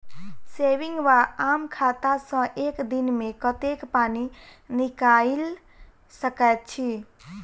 Saving वा आम खाता सँ एक दिनमे कतेक पानि निकाइल सकैत छी?